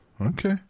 Okay